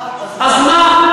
אה, אז מה.